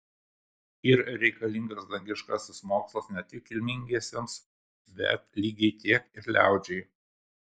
yr reikalingas dangiškasis mokslas ne tik kilmingiesiems bet lygiai tiek ir liaudžiai